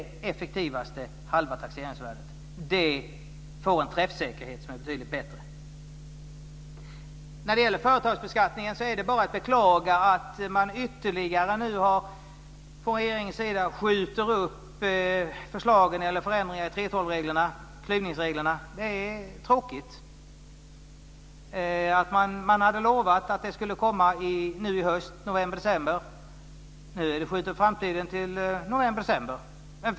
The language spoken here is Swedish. Det får en träffsäkerhet som är betydligt bättre. När det gäller företagsbeskattningen är det bara att beklaga att man från regeringens sida ytterligare skjuter upp förändringarna i 3:12-reglera, klyvningsreglerna. Det är tråkigt. Man hade lovat att de skulle komma i höst, i november-december.